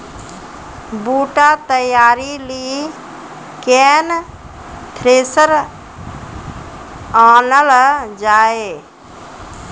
बूटा तैयारी ली केन थ्रेसर आनलऽ जाए?